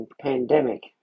pandemic